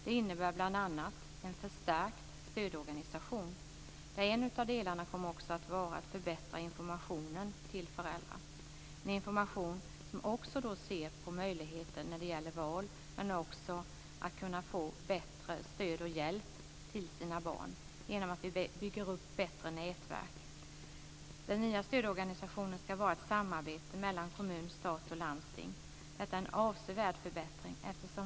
Det innebär bl.a. en förstärkt stödorganisation, där en av delarna kommer att vara att förbättra informationen till föräldrarna. Det gäller en information där man bl.a. ser till möjligheterna att välja liksom också till bättre stöd och hjälp för barnen genom uppbyggande av bättre nätverk. I den nya stödorganisationen ska kommun, stat och landsting samarbeta. Detta innebär en avsevärd förbättring.